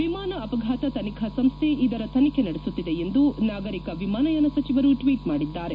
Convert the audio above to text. ವಿಮಾನ ಅಪಘಾತ ತನಿಖಾ ಸಂಸ್ಥೆ ಇದರ ತನಿಖೆ ನಡೆಸುತ್ತಿದೆ ಎಂದು ನಾಗರಿಕ ವಿಮಾನಯಾನ ಸಚಿವರು ಟ್ವೀಟ್ ಮಾಡಿದ್ದಾರೆ